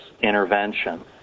intervention